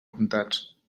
comptats